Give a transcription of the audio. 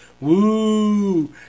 Woo